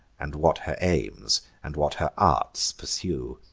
and what her aims and what her arts pursue.